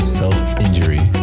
self-injury